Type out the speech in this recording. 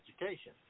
education